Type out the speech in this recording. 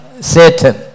Satan